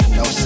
no